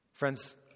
Friends